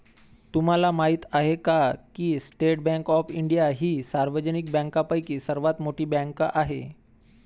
तुम्हाला माहिती आहे का की स्टेट बँक ऑफ इंडिया ही सार्वजनिक बँकांपैकी सर्वात मोठी बँक आहे